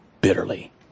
bitterly